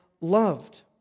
loved